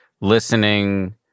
listening